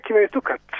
akivaizdu kad